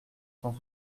cent